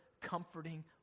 comforting